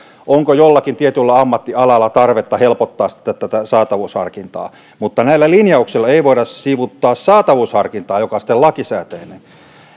onko jollakin tietyllä ammattialalla tarvetta helpottaa tätä saatavuusharkintaa mutta näillä linjauksilla ei voida sivuuttaa saatavuusharkintaa joka on lakisääteinen